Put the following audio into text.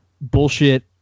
bullshit